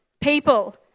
people